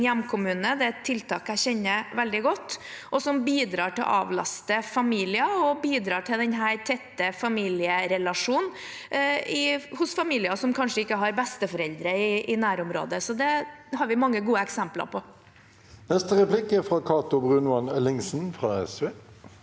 hjemkommune. Det er et tiltak jeg kjenner veldig godt, som bidrar til å avlaste familier og skape en tett familierelasjon hos familier som kanskje ikke har besteforeldre i nærområdet. Det har vi mange gode eksempler på. Cato Brunvand Ellingsen (SV)